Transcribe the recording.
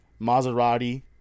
Maserati